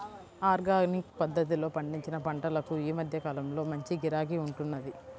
organic పద్ధతిలో పండించిన పంటలకు ఈ మధ్య కాలంలో మంచి గిరాకీ ఉంటున్నది